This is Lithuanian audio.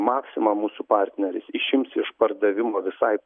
maxima mūsų partneris išims iš pardavimo visai